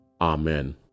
Amen